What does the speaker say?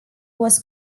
was